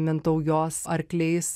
mintaujos arkliais